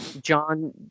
John